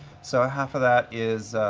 so half of that is,